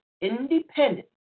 independent